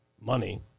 money